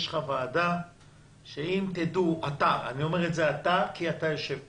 יש לך ועדה שאם תדעו, אני אומר לך כי אתה יושב פה,